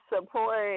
support